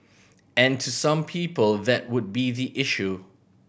and to some people that would be the issue